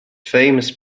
famous